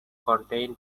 contain